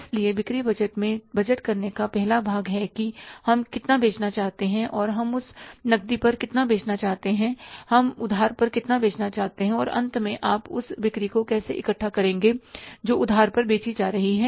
इसलिए बिक्री बजट में बजट करने का पहला भाग है कि हम कितना बेचना चाहते हैं और हम नकदी पर कितना बेचना चाहते हैं हम उधार पर कितना बेचना चाहते हैं और अंत में आप उस बिक्री को कैसे इकट्ठा करेंगे जो उधार पर बेची जा रही हैं